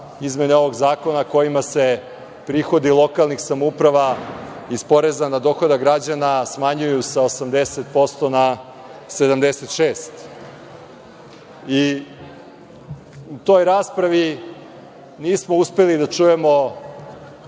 izmene ovog zakona kojima se prihodi lokalnih samouprava iz poreza na dohodak građana smanjuju sa 80% na 76%. U toj raspravi nismo uspeli da čujemo